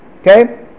Okay